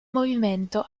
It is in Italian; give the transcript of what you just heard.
movimento